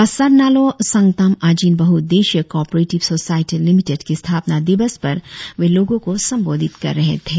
बास्सारनालों सांगताम आजिन बहु उद्देश्यीय कॉ ओपारेटिव सोसायटी लिमिटेट के स्थापना दिवस पर वे लोगों को संबोधित कर रहे थे